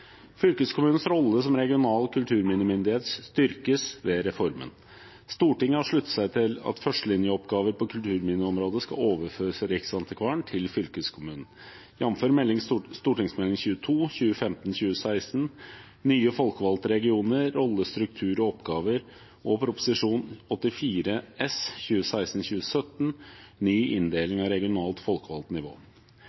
Fylkeskommunens rolle som regional kulturminnemyndighet styrkes ved reformen. Stortinget har sluttet seg til at førstelinjeoppgaver på kulturminneområdet skal overføres fra Riksantikvaren til fylkeskommunen, jf. Meld. St. 22 for 2015–2016, Nye folkevalgte regioner – rolle, struktur og oppgaver, og Prop. 84 S for 2016–2017, Ny